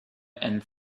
and